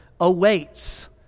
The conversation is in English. awaits